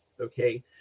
okay